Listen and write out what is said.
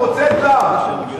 הוא רוצה את להב,